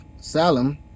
Salem